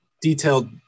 detailed